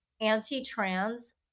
anti-trans